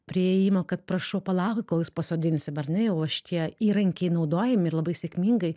prie įėjimo kad prašau palauk kol jus pasodinsim ar ne jau šitie įrankiai naudojami ir labai sėkmingai